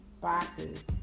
Boxes